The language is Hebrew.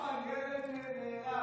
נחמן, משמעת?